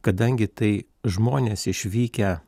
kadangi tai žmonės išvykę